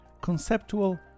conceptual